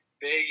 big